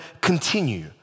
continue